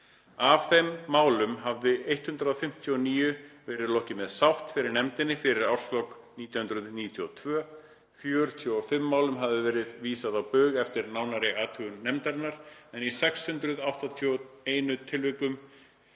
Af þeim málum hafði 159 verið lokið með sátt fyrir nefndinni fyrir árslok 1992, 45 málum hafði verið vísað á bug eftir nánari athugun nefndarinnar, en í 681 tilvikum